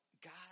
God